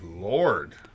Lord